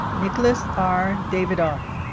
nicholas r. davidoff